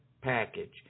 package